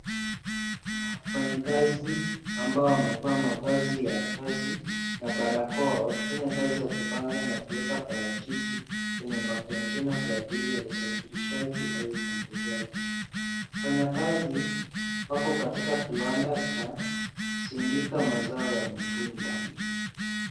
Kuna wafanyikazi ambao wamevaa mavazi ya kazi na barakoa, wakifanya kazi ya kupanga na kuweka parachichi kwenye makontaina kwa ajili ya usafirishaji au usambazaji. Wafanyakazi wako katika kiwanda cha Sindika Mazao ya mitunda.